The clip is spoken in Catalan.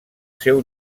seu